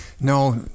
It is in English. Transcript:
No